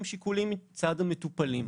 עם שיקולים מצד המטופלים.